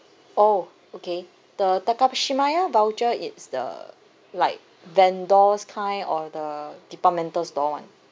oh okay the Takashimaya voucher is the like vendors kind or the departmental store one